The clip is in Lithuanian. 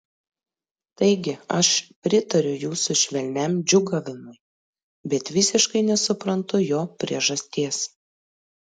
taigi aš pritariu jūsų švelniam džiūgavimui bet visiškai nesuprantu jo priežasties